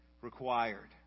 required